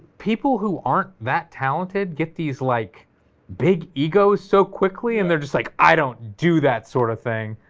people who aren't that talented get these like big egos so quickly, and they're just like i don't do that sort of thing,